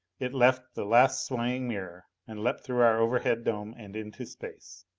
it left the last swaying mirror and leaped through our overhead dome and into space.